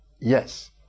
yes